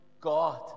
God